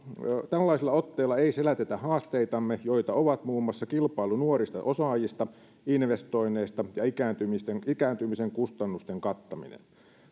tällaisella otteella ei selätetä haasteitamme joita ovat muun muassa kilpailu nuorista osaajista ja investoinneista ja ikääntymisen ikääntymisen kustannusten kattaminen